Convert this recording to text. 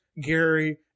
Gary